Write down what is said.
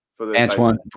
Antoine